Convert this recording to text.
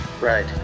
Right